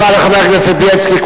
תודה רבה לחבר הכנסת בילסקי.